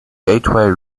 gateway